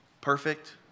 perfect